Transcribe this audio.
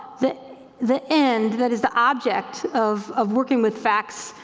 the the end, that is the object of of working with facts,